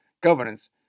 governance